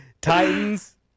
Titans